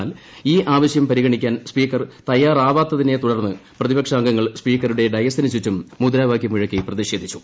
എന്നാൽ ഈ ആവശ്യം പരിഗണിക്കാൻ സ്പീക്കർ തയ്യാറാവാത്തതിനെ തുടർന്ന് പ്രതിപക്ഷാംഗങ്ങൾ സ്പീക്കറുടെ ഡയസിനു ചുറ്റും മുദ്രാവാക്യം മുഴക്കി പ്രതിഷേധിച്ചു